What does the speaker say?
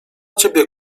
ciebie